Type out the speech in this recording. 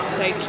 say